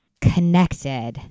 Connected